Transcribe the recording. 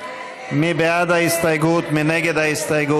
מיקי לוי ואלעזר שטרן, להלן: